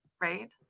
Right